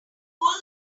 pull